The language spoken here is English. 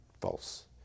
false